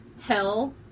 Hell